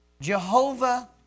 Jehovah